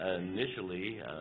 initially